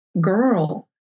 girl